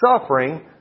suffering